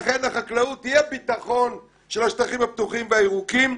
לכן החקלאות היא הביטחון של השטחים הפתוחים והירוקים.